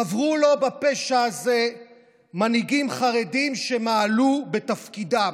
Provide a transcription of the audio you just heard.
חברו לו בפשע הזה מנהיגים חרדים שמעלו בתפקידם.